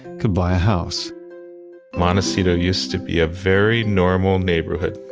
could buy a house montecito used to be a very normal neighborhood.